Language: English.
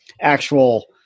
actual